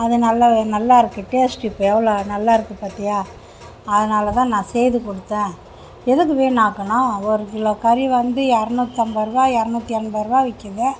அதை நல்ல நல்லாயிருக்கு டேஸ்ட்டு இப்போது எவ்வளோ நல்லா இருக்குது பார்த்தியா அதனால் தான் நான் செய்து கொடுத்தேன் எதுக்கு வீணாக்கணும் ஒரு கிலோ கறி வந்து இரநூத்தம்பது ரூபா இரநூத்தி எண்பது ரூபா விற்குது